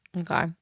Okay